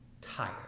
Tired